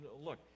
look